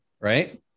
Right